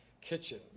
kitchen